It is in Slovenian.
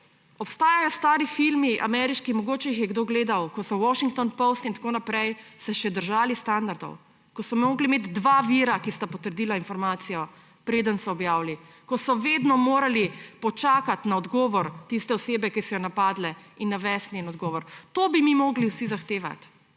Obstajajo stari ameriški filmi, mogoče jih je kdo gledal, ko so se Washington Post in tako naprej še držali standardov, ko so morali imeti dva vira, ki sta potrdila informacijo, preden so objavili, ko so vedno morali počakati na odgovor tiste osebe, ki so jo napadli, in navesti njen odgovor. To bi mi morali vsi zahtevati,